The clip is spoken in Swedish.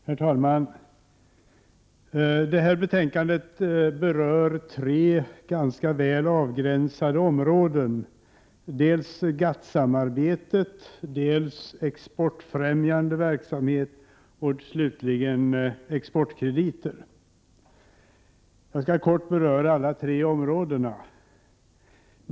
Herr talman! Det här betänkandet rör tre ganska väl avgränsade områden: dels GATT-samarbetet, dels exportfrämjande verksamhet, dels exportkrediter. Jag skall kort beröra alla tre områdena.